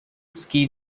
ski